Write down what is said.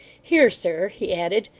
here, sir he added,